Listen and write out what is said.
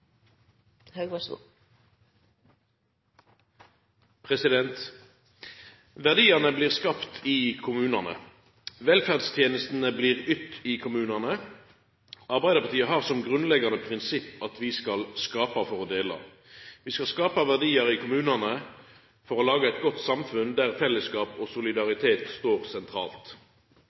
Verdiane blir skapte i kommunane. Velferdstenestene blir ytte i kommunane. Arbeidarpartiet har som grunnleggjande prinsipp at vi skal skapa for å dela. Vi skal skapa verdiar i kommunane for å laga eit godt samfunn der fellesskap og solidaritet står sentralt.